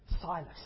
Silas